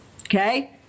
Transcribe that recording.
Okay